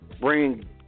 bring